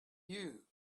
you